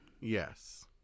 Yes